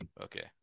Okay